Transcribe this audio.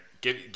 Give